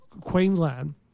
Queensland